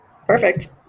Perfect